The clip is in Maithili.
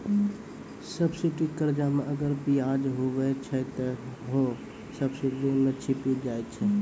सब्सिडी कर्जा मे अगर बियाज हुवै छै ते हौ सब्सिडी मे छिपी जाय छै